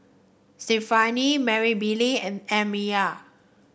Stefani Marybelle and Amya